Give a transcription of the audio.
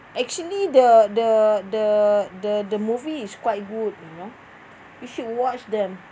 actually the the the the the movie is quite good you know you should watch them